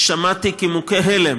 שמעתי כמוכה הלם